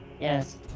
Yes